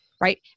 Right